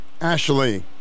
Ashley